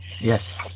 Yes